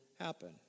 happen